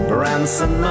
Branson